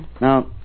Now